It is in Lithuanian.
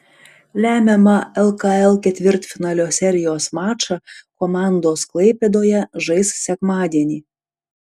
lemiamą lkl ketvirtfinalio serijos mačą komandos klaipėdoje žais sekmadienį